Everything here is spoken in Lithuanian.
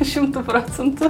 šimtu procentų